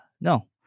No